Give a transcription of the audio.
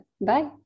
Bye